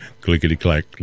Clickety-clack